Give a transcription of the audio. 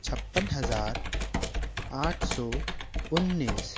छप्पन हजार आठ सौ उन्नीस